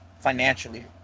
financially